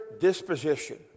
disposition